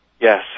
Yes